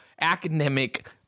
academic